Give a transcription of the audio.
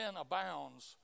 abounds